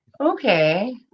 Okay